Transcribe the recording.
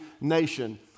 nation